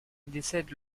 décède